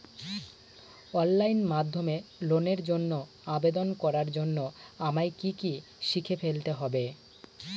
Online মাধ্যমে লোনের জন্য আবেদন করার জন্য আমায় কি কি শিখে ফেলতে হবে?